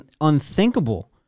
unthinkable